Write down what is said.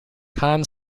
conn